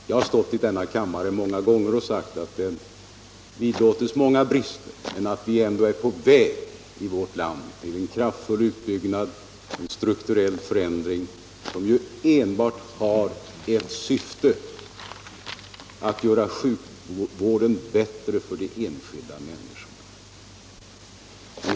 Jag har stått många gånger i denna kammare och sagt att många brister vidlåder sjukvården men att vi ändå i vårt land är på väg med en kraftfull utbyggnad och en strukturell förändring, som ju enbart har ett syfte — att göra sjukvården bättre för de enskilda människorna.